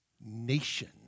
nation